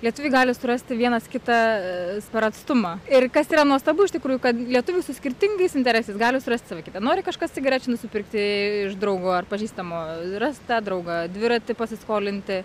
lietuviai gali surasti vienas kitą per atstumą ir kas yra nuostabu iš tikrųjų kad lietuviai su skirtingais interesais gali surasti kitą nori kažkas cigarečių nusipirkti iš draugo ar pažįstamo rast tą draugą dviratį pasiskolinti